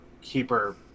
keeper